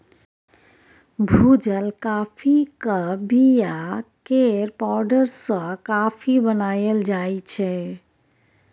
भुजल काँफीक बीया केर पाउडर सँ कॉफी बनाएल जाइ छै